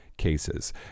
cases